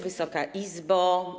Wysoka Izbo!